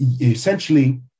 essentially